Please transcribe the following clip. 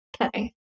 okay